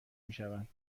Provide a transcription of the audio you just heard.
میشوند